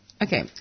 Okay